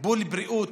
בול בריאות,